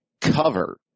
cover